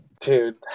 dude